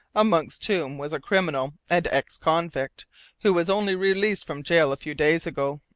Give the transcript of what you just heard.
amongst whom was a criminal and ex-convict who was only released from gaol a few days ago.